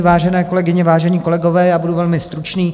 Vážené kolegyně, vážení kolegové, budu velmi stručný.